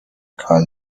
کال